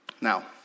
Now